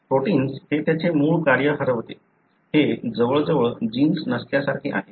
proteins ते त्याचे मूळ कार्य हरवते हे जवळजवळ जिन्स नसल्यासारखे आहे